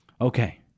Okay